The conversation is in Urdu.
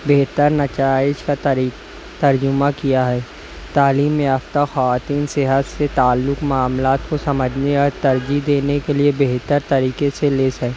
بہتر نتائج کا ترجمہ کیا ہے تعلیم یافتہ خواتین صحت سے تعلق معاملات کو سمجھنے اور ترجیح دینے کے لیے بہتر طریقے سے لیس ہے